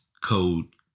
code